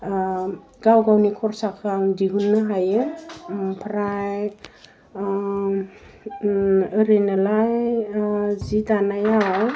गावगावनि खर्साखौ आं दिहुन्नो हायो ओमफ्राय उम ओरैनोलाय जि दानायाव